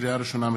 לקריאה ראשונה,